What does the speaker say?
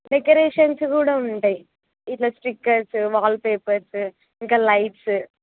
decorations కూడా ఉంటాయి ఇలా స్టిక్కర్స్ వాల్ పేపర్స్ ఇంకా లైట్స్